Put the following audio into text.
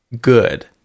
good